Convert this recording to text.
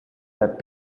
that